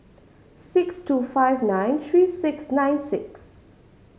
six two five nine three six nine six